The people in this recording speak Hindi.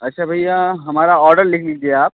अच्छा भैया हमारा ऑडर लिख लीजिए आप